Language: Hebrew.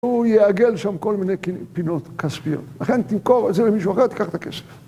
הוא יעגל שם כל מיני פינות כספיות. לכן תמכור את זה למישהו אחר, תקח את הכסף.